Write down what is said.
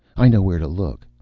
i know where to look.